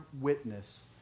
witness